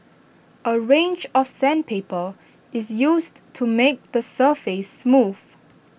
A range of sandpaper is used to make the surface smooth